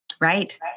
Right